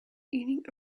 eating